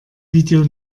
video